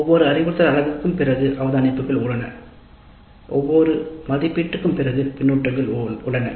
ஒவ்வொரு அறிவுறுத்தல் அலகுக்கும் பிறகு அவதானிப்புகள் உள்ளன ஒவ்வொரு மதிப்பீட்டு க்கும் பின்பு பின்னூட்டங்கள் உள்ளன